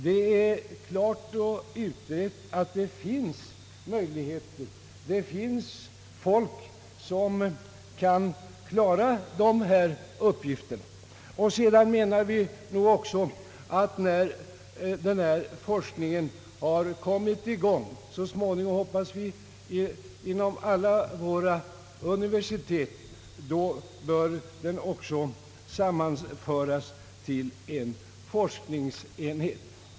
Det är klart utreit att det finns folk som kan klara dessa uppgifter. Vi menar också att när denna forskning kommit i gång — vi hoppas att det blir vid alla våra universitet — bör den sammanföras till en forskningsenhet.